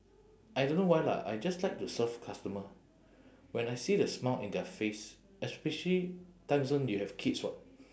I don't know why lah I just like to serve customer when I see the smile in their face especially timezone you have kids [what]